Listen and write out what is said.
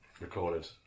recorded